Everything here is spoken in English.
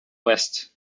west